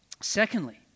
Secondly